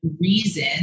reason